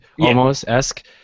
almost-esque